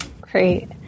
Great